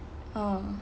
ah